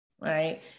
right